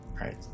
Right